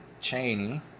Cheney